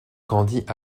grandit